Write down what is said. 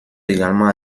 également